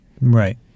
right